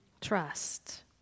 trust